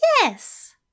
Yes